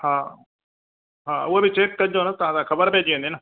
हा हा उहो बि चैक कजो न तव्हां त ख़बर पइजी वेंदी न